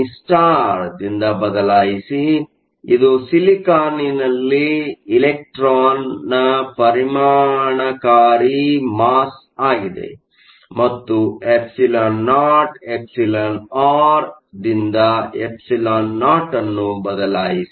E star ದಿಂದ ಬದಲಾಯಿಸಿ ಇದು ಸಿಲಿಕಾನ್ ನಲ್ಲಿ ಎಲೆಕ್ಟ್ರಾನ್ನ ಪರಿಣಾಮಕಾರಿ ಮಾಸ್ ಆಗಿದೆ ಮತ್ತು εo εr ದಿಂದ εo ನ್ನು ಬದಲಾಯಿಸಿ